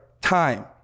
time